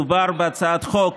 מדובר בהצעת חוק